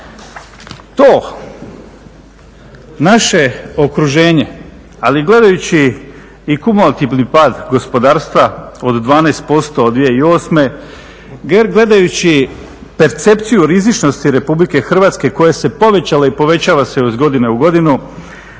To naše okruženje, ali gledajući i kumulativni pad gospodarstva od 12% od 2008., gledajući percepciju rizičnosti Republike Hrvatske koje se povećalo i povećava se iz godine u godinu,